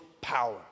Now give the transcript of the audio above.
power